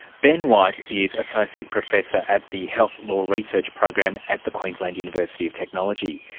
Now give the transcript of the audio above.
ben white is associate professor at the health law research program at the queensland university of technology.